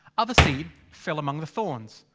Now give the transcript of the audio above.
other seed, fell among the thorns.